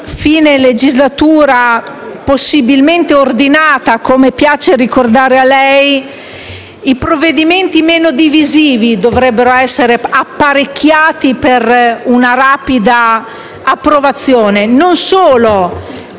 di legislatura possibilmente ordinato - come piace ricordare a lei - i provvedimenti meno divisivi dovrebbero essere "apparecchiati" per un rapida approvazione; non solo